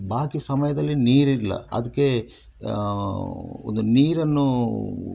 ಬಾಕಿ ಸಮಯದಲ್ಲಿ ನೀರಿಲ್ಲ ಅದಕ್ಕೆ ಒಂದು ನೀರನ್ನು